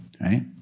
right